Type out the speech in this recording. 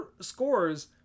scores